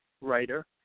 writer